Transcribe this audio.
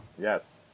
Yes